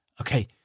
Okay